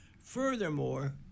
Furthermore